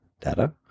data